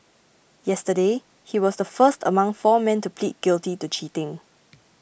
yesterday he was the first among four men to plead guilty to cheating